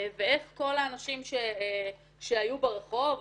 ואיך כל האנשים שהיו ברחוב,